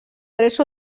tres